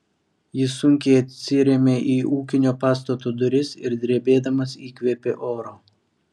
jis sunkiai atsirėmė į ūkinio pastato duris ir drebėdamas įkvėpė oro